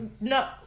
no